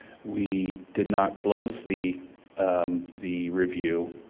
we did not close the um the review,